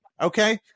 okay